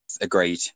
agreed